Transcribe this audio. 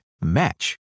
match